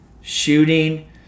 shooting